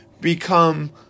become